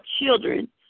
children